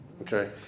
okay